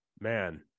man